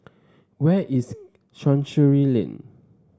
where is Chancery Lane